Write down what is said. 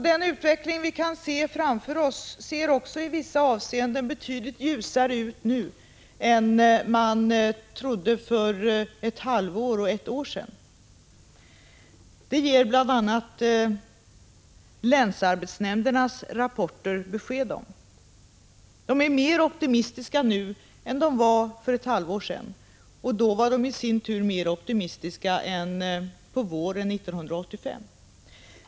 Den utveckling vi kan se framför oss ser också i vissa avseenden betydligt ljusare ut nu än man trodde för ett halvår eller ett år sedan. Det ger bl.a. länsarbetsnämndernas rapporter besked om. De är mer optimistiska nu än de var för ett halvår sedan, och då var de i sin tur mer optimistiska än på våren 1985.